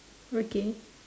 okay